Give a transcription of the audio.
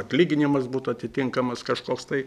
atlyginimas būtų atitinkamas kažkoks tai